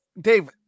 Dave